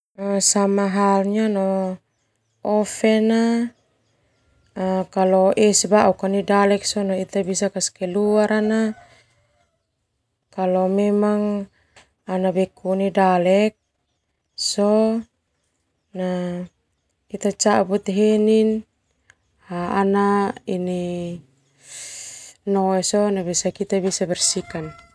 Sama halnya no oven ma kalo es bauk nai dalek sona ita kasih kluar Ita cabut henin fo ana noe sona besakkana ita bersihkan.